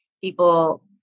people